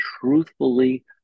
truthfully